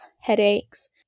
headaches